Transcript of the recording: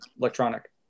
electronic